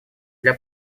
для